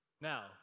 Now